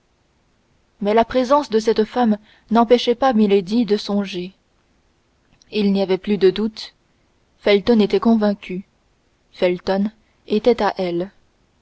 mais la présence de cette femme n'empêchait pas milady de songer il n'y avait plus de doute felton était convaincu felton était à elle